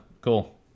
cool